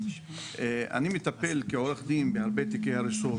אני מטפל כעורך דין בהרבה תיקי הריסות,